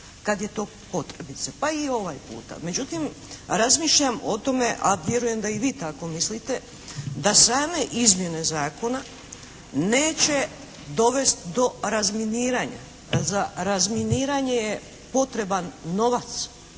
kad je to potrebice, pa i ovaj puta. Međutim, razmišljam o tome, a vjerujem da i vi tako mislite da same izmjene zakona neće dovesti do razminiranja. Za razminiranje je potreban novac.